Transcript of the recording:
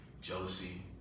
jealousy